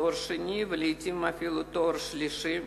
תואר שני ולעתים אפילו תואר שלישי.